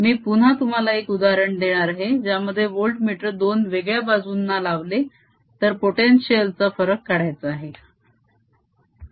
मी पुन्हा तुम्हाला एक उदाहरण देणार आहे ज्यामध्ये वोल्टमीटर दोन वेगळ्या बाजूंना लावले तर पोटेन्शिअल चा फरक काढायचा आहे